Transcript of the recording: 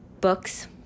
books